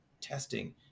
testing